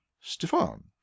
Stefan